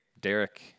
Derek